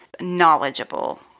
knowledgeable